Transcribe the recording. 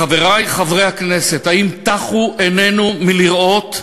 חברי חברי הכנסת, האם טחו עינינו מלראות?